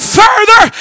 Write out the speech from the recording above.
further